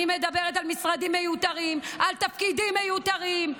אני מדברת על משרדים מיותרים, על תפקידים מיותרים,